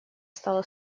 стала